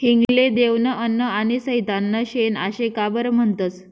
हिंग ले देवनं अन्न आनी सैताननं शेन आशे का बरं म्हनतंस?